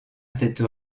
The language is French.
cette